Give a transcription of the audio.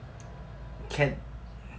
can